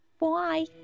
Bye